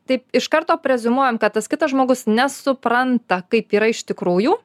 taip iš karto preziumuojam kad tas kitas žmogus nesupranta kaip yra iš tikrųjų